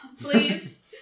please